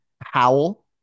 Howl